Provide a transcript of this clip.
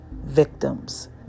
Victims